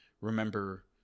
remember